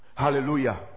hallelujah